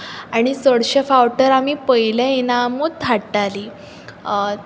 आमी चडशे फावट तर आमी पयलें इनामूच हाडटाली